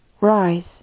Rise